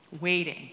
waiting